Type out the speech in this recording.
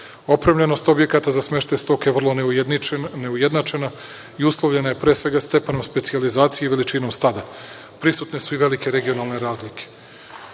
Opremljenost objekata za smeštaj stoke je vrlo neujednačena i uslovljena je pre svega stepenom specijalizacije i veličinom stada. Prisutne su i velike regionalne